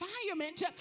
environment